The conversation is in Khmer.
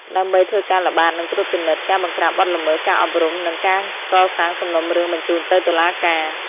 ដើម្បីធ្វើការល្បាតនិងត្រួតពិនិត្យ ការបង្ក្រាបបទល្មើស ការអប់រំ និងការកសាងសំណុំរឿងបញ្ជូនទៅតុលាការ។